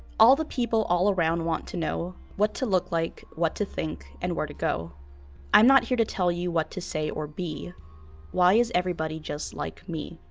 all the people all around want to know what to look like what to think and where to go i'm not here to tell you what to say or be why is everybody just like me?